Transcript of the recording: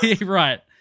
Right